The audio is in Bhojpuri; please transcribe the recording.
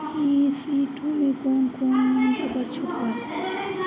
ई.सी टू मै कौने कौने यंत्र पर छुट बा?